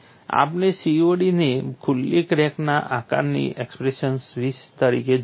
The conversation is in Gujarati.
આપણે COD ને ખુલ્લી ક્રેકના આકારની એક્સપ્રેશન તરીકે જોયું હતું